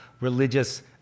religious